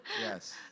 Yes